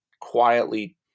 quietly